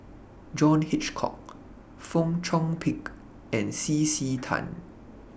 John Hitchcock Fong Chong Pik and C C Tan